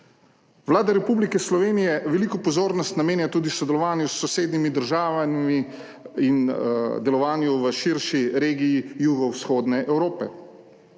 Vlada Republike Slovenije veliko pozornost namenja tudi sodelovanju s sosednjimi državami in delovanju v širši regiji jugovzhodne Evrope.